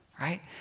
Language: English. right